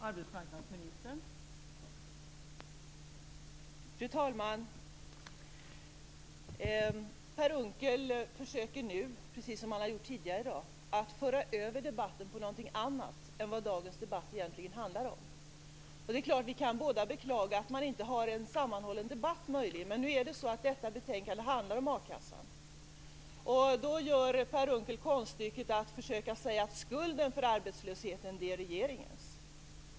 Fru talman! Per Unckel försöker nu, precis som han har gjort tidigare i dag, att föra över debatten på någonting annat än vad dagens debatt egentligen handlar om. Det är klart att vi båda kan beklaga att man inte har en sammanhållen debatt, men nu är det så att detta betänkande handlar om a-kassan. Då gör Per Unckel konststycket att försöka säga att skulden för arbetslösheten är regeringens.